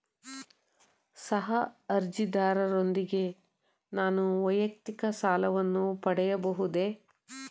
ಸಹ ಅರ್ಜಿದಾರರೊಂದಿಗೆ ನಾನು ವೈಯಕ್ತಿಕ ಸಾಲವನ್ನು ಪಡೆಯಬಹುದೇ?